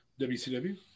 WCW